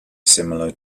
similar